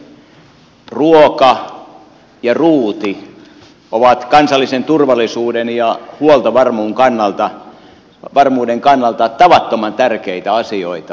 ruoka ja ruuti ovat kansallisen turvallisuuden ja huoltovarmuuden kannalta tavattoman tärkeitä asioita